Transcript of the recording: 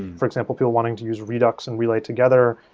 for example, if you're wanting to use redux and relay together,